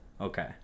Okay